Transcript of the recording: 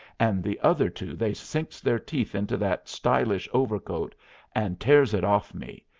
and the other two they sinks their teeth into that stylish overcoat and tears it off me,